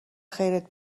خیرت